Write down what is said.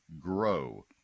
grow